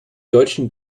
deutschen